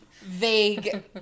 vague